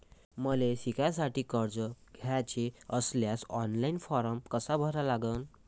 मले शिकासाठी कर्ज घ्याचे असल्यास ऑनलाईन फारम कसा भरा लागन?